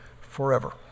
forever